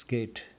Gate